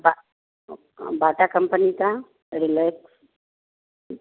बा Bata company का relax